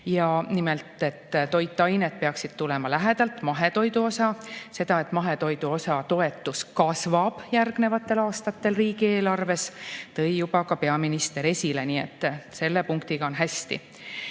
Nimelt, toitained peaksid tulema lähedalt – mahetoidu osa. Seda, et mahetoidu toetus kasvab järgnevatel aastatel riigieelarves, tõi ka peaminister esile. Nii et selle punktiga on hästi.